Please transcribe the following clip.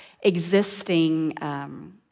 existing